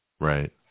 Right